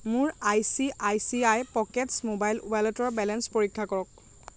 মোৰ I C I C I Pockets mobile ৱালেটৰ balance পৰীক্ষা কৰক